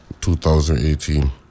2018